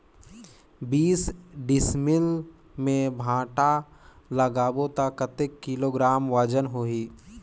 बीस डिसमिल मे भांटा लगाबो ता कतेक किलोग्राम वजन होही?